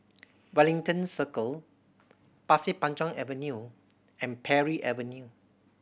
Wellington Circle Pasir Panjang Avenue and Parry Avenue